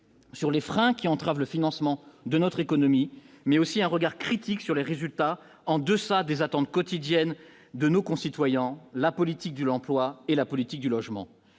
sur les freins qui entravent le financement de notre économie, mais aussi un regard critique sur les résultats en deçà des attentes quotidiennes de nos concitoyens, la politique de l'emploi et la politique du logement,